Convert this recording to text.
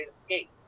Escape